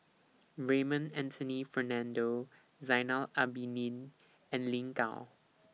Raymond Anthony Fernando Zainal Abidin and Lin Gao